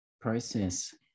process